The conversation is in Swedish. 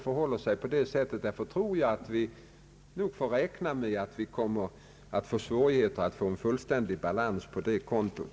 Jag tror därför att vi får svårt att åstadkomma en fullständig balans på det kontot.